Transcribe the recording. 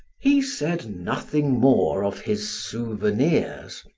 he said nothing more of his souvenirs,